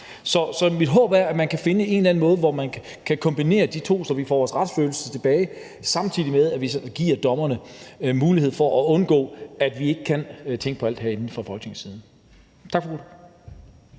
Så mit håb er, at man kan finde en eller anden måde, hvorpå man kan kombinere de to ting, så vi får vores retsfølelse tilbage, samtidig med at vi giver dommerne den mulighed, så vi undgår at skulle tænke på alt det her fra Folketingets side. Tak for ordet.